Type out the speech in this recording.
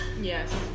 Yes